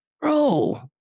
Bro